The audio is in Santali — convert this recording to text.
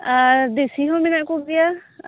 ᱟᱨ ᱫᱮᱥᱤ ᱦᱚᱸ ᱢᱮᱱᱟᱜ ᱠᱚᱜᱮᱭᱟ